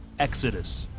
exodus.